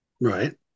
Right